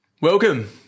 Welcome